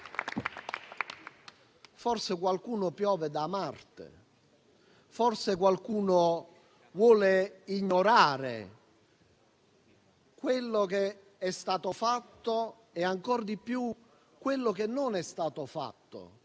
Forse qualcuno piove da Marte. Forse qualcuno vuole ignorare quello che è stato fatto e, ancor di più, quello che non è stato fatto